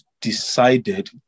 decided